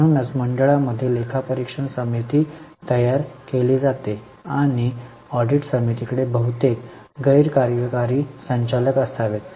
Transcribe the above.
म्हणूनच मंडळामध्ये लेखापरीक्षण समिती तयार केली जाते आणि ऑडिट समितीकडे बहुतेक गैर कार्यकारी संचालक असावेत